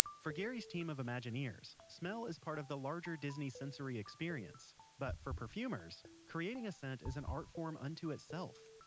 for gary's team of imagineers, smell is part of the larger disney sensory experience, but for perfumers, creating a scent is an artform unto itself.